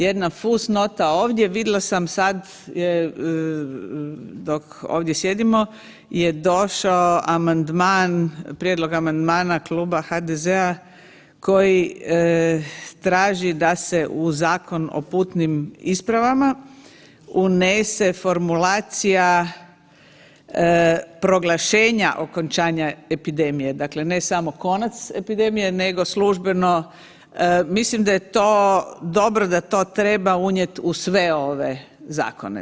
Jedna fus nota ovdje vidla sam sad je dok ovdje sjedimo je došao amandman, prijedlog amandmana Kluba HDZ-a koji traži da se u Zakon o putnim ispravama unese formulacija proglašenja okončanja epidemije, dakle ne samo konac epidemije nego službeno, mislim da je to dobro, da to treba unijeti u sve ove zakone.